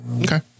Okay